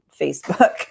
Facebook